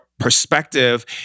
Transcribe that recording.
perspective